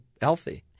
healthy